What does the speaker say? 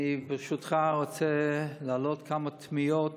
ברשותך, אני רוצה להעלות כמה תמיהות